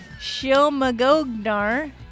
Shilmagognar